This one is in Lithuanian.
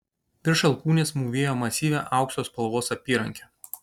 virš alkūnės mūvėjo masyvią aukso spalvos apyrankę